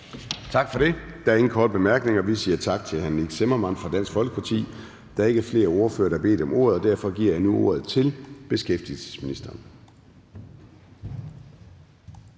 Tak for det. Der er ingen korte bemærkninger. Vi siger tak til hr. Nick Zimmermann fra Dansk Folkeparti. Der er ikke flere ordførere, der har bedt om ordet, og derfor giver jeg nu ordet til beskæftigelsesministeren.